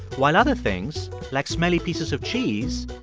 while other things, like smelly pieces of cheese,